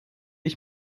ich